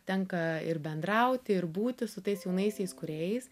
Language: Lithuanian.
tenka ir bendrauti ir būti su tais jaunaisiais kūrėjais